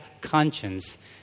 conscience